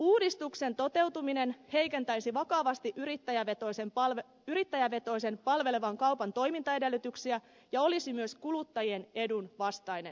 uudistuksen toteutuminen heikentäisi vakavasti yrittäjävetoisen palvelevan kaupan toimintaedellytyksiä ja olisi myös kuluttajien edun vastainen